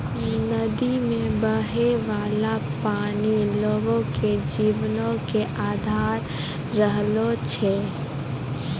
नदी मे बहै बाला पानी लोगो के जीवनो के अधार रहलो छै